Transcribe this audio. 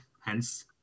hence